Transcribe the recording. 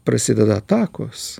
prasideda atakos